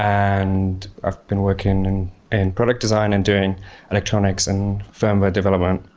and i've been working in and product design and doing electronics and firmware development.